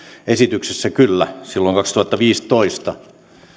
esityksessä kyllä silloin kaksituhattaviisitoista